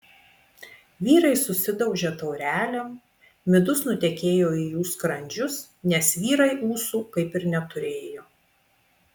vyrai susidaužė taurelėm midus nutekėjo į jų skrandžius nes vyrai ūsų kaip ir neturėjo